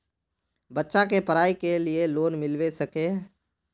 बच्चा के पढाई के लिए लोन मिलबे सके है?